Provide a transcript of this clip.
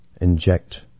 inject